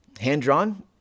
hand-drawn